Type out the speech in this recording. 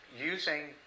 using